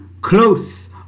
close